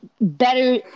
better